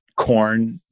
Corn